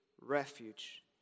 refuge